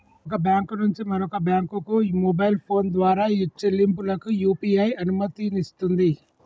ఒక బ్యాంకు నుంచి మరొక బ్యాంకుకు మొబైల్ ఫోన్ ద్వారా చెల్లింపులకు యూ.పీ.ఐ అనుమతినిస్తుంది